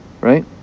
right